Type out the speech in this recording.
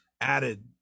added